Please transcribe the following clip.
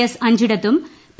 S അഞ്ചിടത്തും P